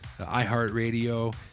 iHeartRadio